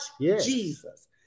Jesus